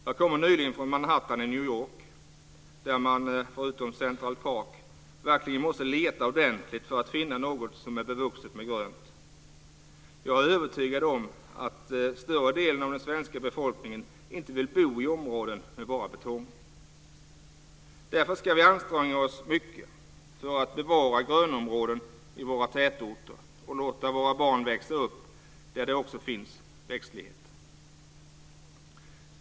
Jag kommer nyligen från Manhattan i New York, där man förutom Central Park verkligen måste leta ordentligt för att finna något som är bevuxet med grönt. Jag är övertygad om att större delen av den svenska befolkningen inte vill bo i områden med bara betong. Därför ska vi anstränga oss mycket för att bevara grönområden i våra tätorter och låta våra barn växa upp där det också finns växtlighet.